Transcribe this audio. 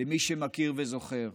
למי שמכיר וזוכר,